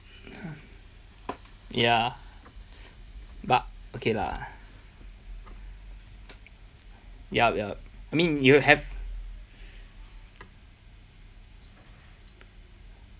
ya but okay lah yup yup I mean you have